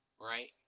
Right